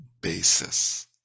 basis